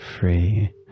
free